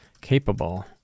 capable